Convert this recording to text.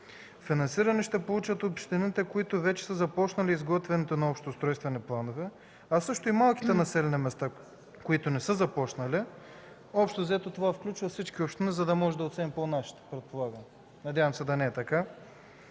Финансиране ще получат общините, които вече са започнали изготвянето на общите устройствени планове, а също и малките населени места, които не са започнали. Общо взето това включва всички общини, за да можем да отсеем по-нашите, предполагам. Надявам се, да не е така.